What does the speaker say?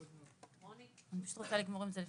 אני פשוט רוצה לגמור עם זה.